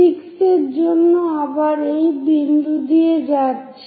6 এর জন্য আবার এই বিন্দু দিয়ে যাচ্ছে